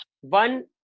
one